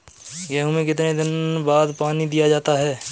गेहूँ में कितने दिनों बाद पानी दिया जाता है?